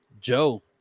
Joe